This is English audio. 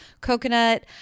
coconut